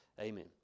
Amen